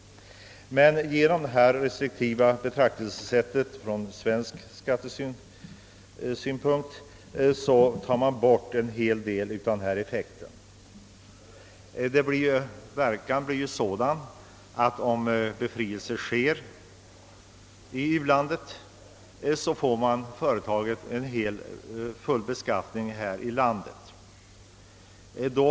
Men genom detta restriktiva betraktelsesätt från svensk skattesynpunkt tar man bort en hel del av effekten. Om företaget befrias från skatt i u-landet, drabbas det av full beskattning i Sverige.